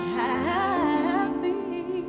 happy